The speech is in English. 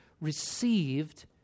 received